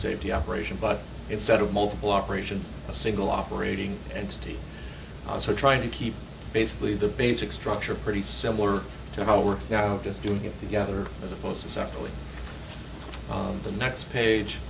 safety operation but instead of multiple operations a single operating entity so trying to keep basically the basic structure pretty similar to how it works now just doing it together as opposed to simply the next page